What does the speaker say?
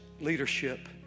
leadership